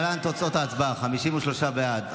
להלן תוצאות ההצבעה: 53 בעד,